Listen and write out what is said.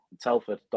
Telford